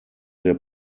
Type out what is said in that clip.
der